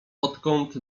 odkąd